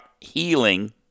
healing